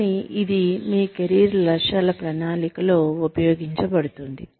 కానీ ఇది మీ కెరీర్ లక్ష్యాల ప్రణాళికలో ఉపయోగించబడుతుంది